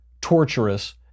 torturous